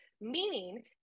Meaning